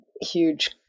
huge